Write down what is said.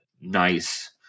NICE